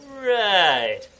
Right